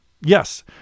Yes